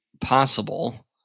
possible